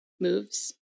moves